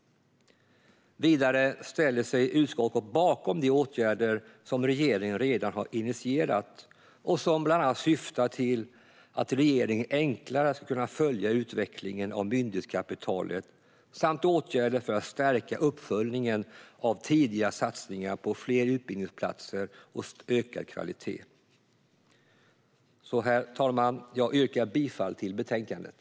Vidare ställer sig utskottet bakom de åtgärder som regeringen redan har initierat och som bland annat syftar till att regeringen enklare ska kunna följa utvecklingen av myndighetskapitalet samt åtgärder för att stärka uppföljningen av tidiga satsningar på fler utbildningsplatser och ökad kvalitet. Herr talman! Jag yrkar bifall till förslaget i betänkandet.